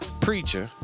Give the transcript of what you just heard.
preacher